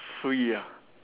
free ah